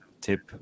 tip